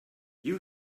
you